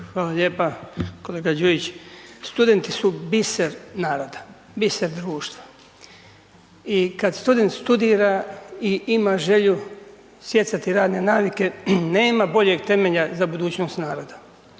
Hvala lijepa. Kolega Đujić, studenti su biser naroda, biser društva i kada student studira i ima želju stjecati radne navike nema boljeg temelja za budućnost naroda.